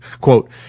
Quote